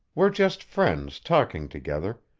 we're just friends talking together,